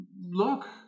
look